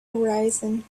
horizon